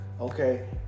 Okay